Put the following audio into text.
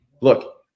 look